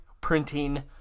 printing